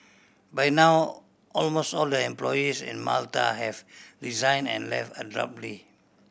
by now almost all the employees in Malta have resigned and left abruptly